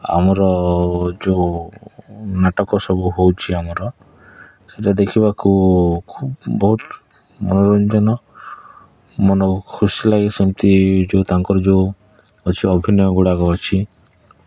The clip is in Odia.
ଆମର ଯେଉଁ ନାଟକ ସବୁ ହେଉଛି ଆମର ସେଟା ଦେଖିବାକୁ ଖୁବ୍ ବହୁତ ମନୋରଞ୍ଜନ ମନକୁ ଖୁସି ଲାଗେ ସେମିତି ଯେଉଁ ତାଙ୍କର ଯେଉଁ ଅଛି ଅଭିନୟଗୁଡ଼ାକ ଅଛି